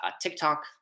TikTok